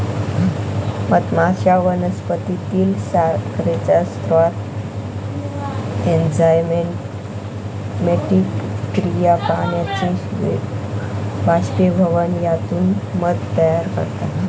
मधमाश्या वनस्पतीतील साखरेचा स्राव, एन्झाइमॅटिक क्रिया, पाण्याचे बाष्पीभवन यातून मध तयार करतात